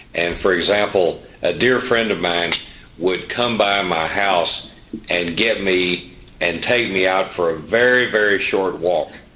and for example, a dear friend of mine would come by my house and get me and take me out for a very, very short walk,